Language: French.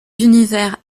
univers